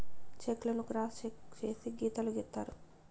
check లను cross cheque చేసి గీతలు గీత్తారు